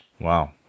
Wow